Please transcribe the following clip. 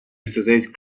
exercise